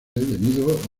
debido